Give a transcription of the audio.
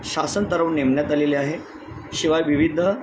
शासनस्तरावर नेमण्यात आलेले आहे शिवाय विविध